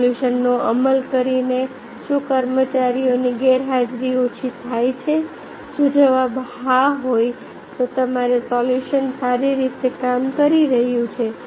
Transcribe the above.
સોલ્યુશનનો અમલ કરીને શું કર્મચારીઓની ગેરહાજરી ઓછી થાય છે જો જવાબ હા હોય તો તમારું સોલ્યુશન સારી રીતે કામ કરી રહ્યું છે